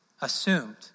assumed